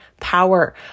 power